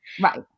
Right